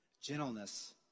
gentleness